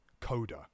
Coda